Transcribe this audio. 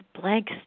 blank